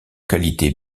qualités